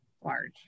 large